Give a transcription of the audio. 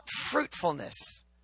fruitfulness